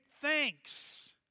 thanks